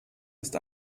ist